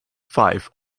five